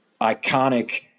iconic